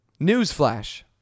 Newsflash